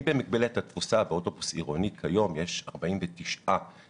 אם במגבלת התפוסה באוטובוס עירוני היום יש 49 נוסעים,